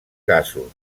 gasos